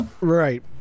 Right